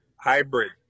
Hybrid